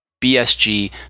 BSG